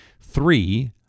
three